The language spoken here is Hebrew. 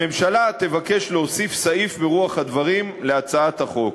הממשלה תבקש להוסיף סעיף ברוח הדברים להצעת החוק.